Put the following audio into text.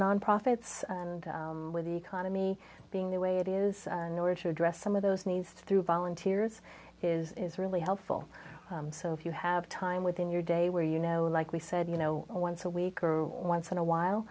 nonprofits and with the economy being the way it is in order to address some of those needs through volunteers is really helpful so if you have time within your day where you know like we said you know once a week or once in a while